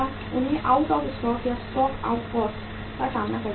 उन्हें out of stock या stock out cost का सामना करना पड़ेगा